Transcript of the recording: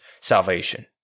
salvation